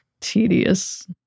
Tedious